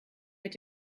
mit